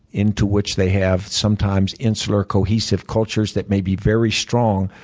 into which they have, sometimes, insular cohesive cultures that may be very strong,